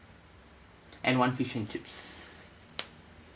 and one fish and chips